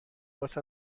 واست